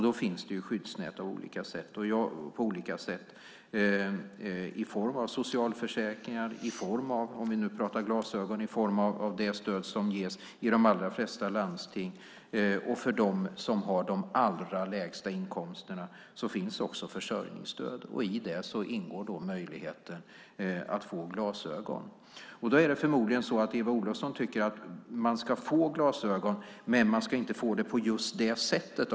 Då finns det olika typer av skyddsnät i form av socialförsäkringar och - om vi nu pratar glasögon - i form av det stöd som ges i de allra flesta landsting. För dem som har de allra lägsta inkomsterna finns också försörjningsstöd, och i det ingår möjligheten att få glasögon. Förmodligen tycker Eva Olofsson att man ska få glasögon, men man ska av något skäl inte få dem på just det sättet.